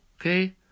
okay